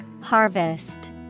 Harvest